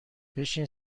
بشین